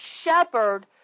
shepherd